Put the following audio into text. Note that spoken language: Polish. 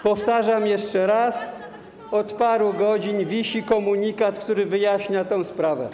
Powtarzam jeszcze raz: od paru godzin wisi komunikat, który wyjaśnia tę sprawę.